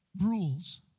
rules